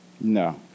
No